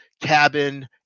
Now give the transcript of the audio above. Cabin